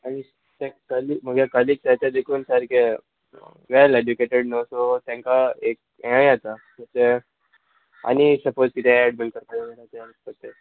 आनी ते कली मुगे कलिग्स आहाय ते देकून सारके वेल एज्युकेटेड न्हू सो तेंकां एक हेंय येता ते आनी सपोज कितें एड बीन करपा जाय जाल्यार ते कोत्ताय